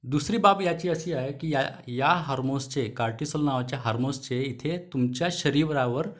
दुसरी बाब याची अशी आहे की या या हार्मोन्सचे कार्टीसोल नावाच्या हार्मोन्सचे इथे तुमच्या शरीरावर